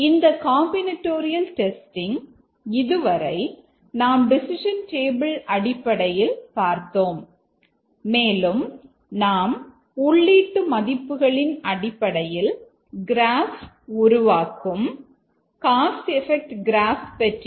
இந்த combinatorial testing ஆகும்